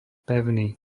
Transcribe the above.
pevný